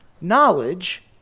Knowledge